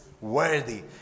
worthy